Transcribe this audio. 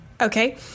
Okay